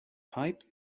pipe